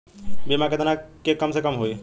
बीमा केतना के कम से कम होई?